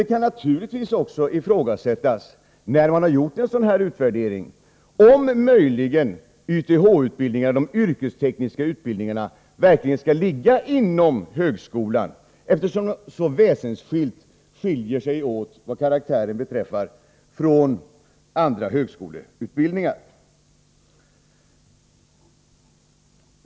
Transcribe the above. Det kan, när man gjort en sådan här utvärdering, naturligtvis ifrågasättas om möjligen YTH-utbildningarna— de yrkestekniska utbildningarna — verkligen skall ligga inom högskolan, eftersom de är så väsensskilda till sin karaktär jämförda med andra högskoleutbildningar.